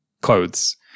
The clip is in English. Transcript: clothes